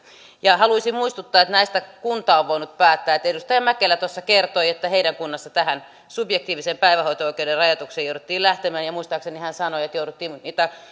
ja haluaisin muistuttaa että tästä kunta on voinut päättää edustaja mäkelä tuossa kertoi että heidän kunnassaan subjektiivisen päivähoito oikeuden rajoituksiin jouduttiin lähtemään ja muistaakseni hän sanoi että jouduttiin niitä